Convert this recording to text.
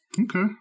okay